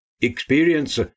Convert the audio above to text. experience